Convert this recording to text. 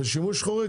ושימוש חורג,